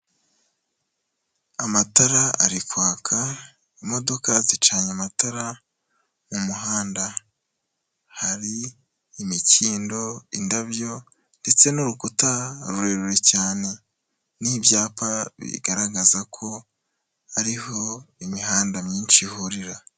Amatara ari kwaka, imodoka zicanye amatara mu muhanda, hari imikindo, indabyo ndetse n'urukuta rurerure cyane n'ibyapa bigaragaza ko ariho imihanda myinshi ihurira.